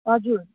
हजुर